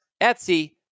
Etsy